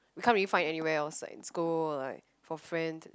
we can't really find anywhere else like in school like for friends